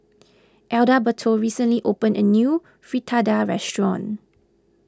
Adalberto recently opened a new Fritada restaurant